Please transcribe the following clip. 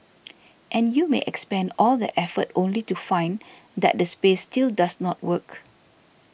and you may expend all that effort only to find that the space still does not work